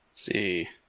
see